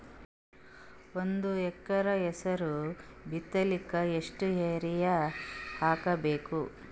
ಒಂದ್ ಎಕರ ಹೆಸರು ಬಿತ್ತಲಿಕ ಎಷ್ಟು ಯೂರಿಯ ಹಾಕಬೇಕು?